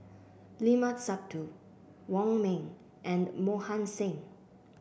Limat Sabtu Wong Ming and Mohan Singh